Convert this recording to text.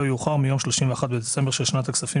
לא יאוחר מיום 31 בדצמבר של שנת הכספים